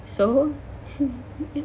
so